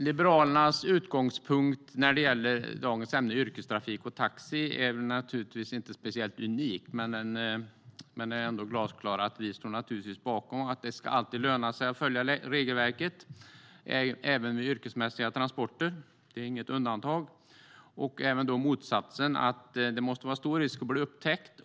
Liberalernas utgångspunkt när det gäller dagens ämne yrkestrafik och taxi är inte speciellt unikt. Det är glasklart att vi står bakom att det alltid ska löna sig att följa regelverket även vid yrkesmässiga transporter. Det är inget undantag. Det gäller även motsatsen. Det måste vara stor risk att bli upptäckt.